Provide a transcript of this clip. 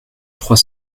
trois